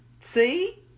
See